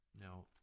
Now